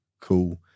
cool